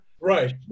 Right